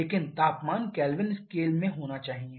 लेकिन तापमान Kelvin scale में होना चाहिए